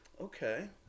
Okay